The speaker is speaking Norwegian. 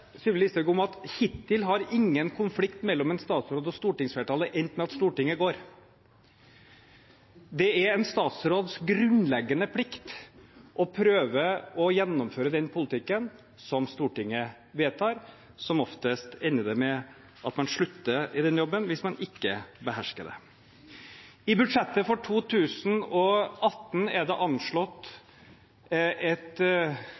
Sylvi Listhaug om at hittil har ingen konflikt mellom en statsråd og stortingsflertallet endt med at Stortinget går. Det er en statsråds grunnleggende plikt å prøve å gjennomføre den politikken som Stortinget vedtar. Som oftest ender det med at man slutter i den jobben hvis man ikke behersker det. I budsjettet for 2018 er det